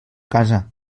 casa